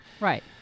Right